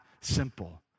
simple